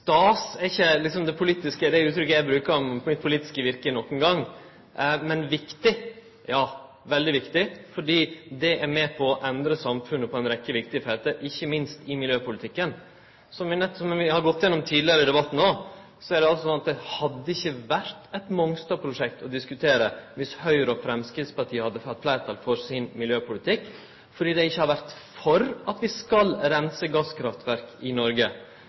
er ikkje det uttrykket eg brukar om mitt politiske virke nokon gong. Men viktig – ja, veldig viktig, fordi det er med på å endre samfunnet på ei rekkje viktige felt, ikkje minst innan miljøpolitikken. Som vi har gått igjennom tidlegare i debatten, hadde det ikkje vore eit Mongstad-prosjekt å diskutere dersom Høgre og Framstegspartiet hadde fått fleirtal for sin miljøpolitikk, for dei har ikkje vore for at vi skal reinse gasskraftverk i Noreg.